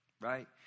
right